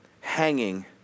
hanging